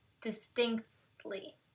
distinctly